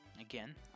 Again